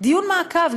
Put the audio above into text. דיון מעקב,